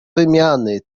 wymiany